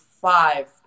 five